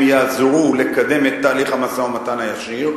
יעזרו לקדם את תהליך המשא-ומתן הישיר.